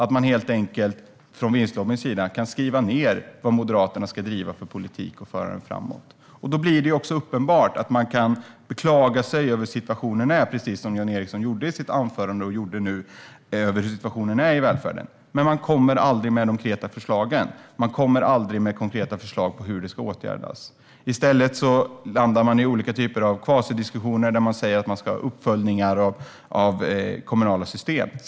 Man kan helt enkelt från vinstlobbyns sida skriva ned vad Moderaterna ska driva för politik och föra den framåt. Då blir det också uppenbart att man kan beklaga sig över hur situationen nu är i välfärden, precis som Jan Ericson gjorde i sitt anförande. Men man kommer aldrig med konkreta förslag på hur det ska åtgärdas. I stället landar man i olika typer av kvasidiskussioner där man säger att man ska ha uppföljningar av kommunala system.